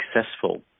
successful